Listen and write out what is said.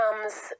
comes